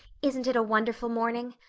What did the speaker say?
isn't it a wonderful morning?